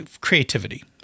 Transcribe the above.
creativity